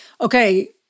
okay